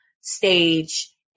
stage